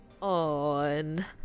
on